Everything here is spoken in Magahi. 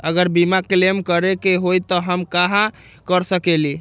अगर बीमा क्लेम करे के होई त हम कहा कर सकेली?